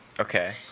Okay